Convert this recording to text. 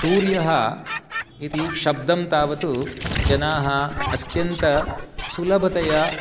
सूर्यः इति शब्दं तावत् जनाः अत्यन्त सुलभतया